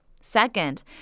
Second